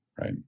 right